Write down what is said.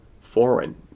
foreign